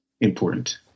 important